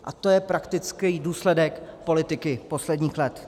A to je praktický důsledek politiky posledních let.